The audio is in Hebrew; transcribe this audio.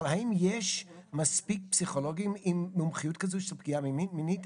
אבל האם יש מספיק פסיכולוגים עם מומחיות כזאת של פגיעה מינית?